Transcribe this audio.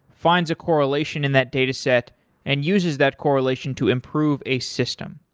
finds a correlation in that dataset and uses that correlation to improve a system.